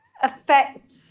affect